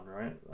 right